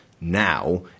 now